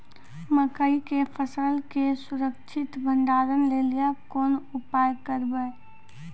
मकई के फसल के सुरक्षित भंडारण लेली कोंन उपाय करबै?